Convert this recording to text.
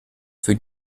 für